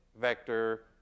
vector